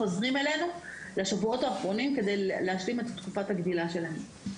חוזרים אלינו לשבועות האחרונים כדי להשלים את תקופת הגדילה שלהם.